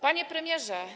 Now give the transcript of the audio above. Panie Premierze!